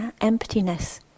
emptiness